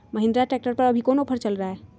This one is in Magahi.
महिंद्रा ट्रैक्टर पर अभी कोन ऑफर चल रहा है?